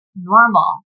normal